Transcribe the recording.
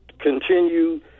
continue